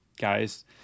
guys